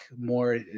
more